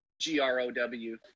G-R-O-W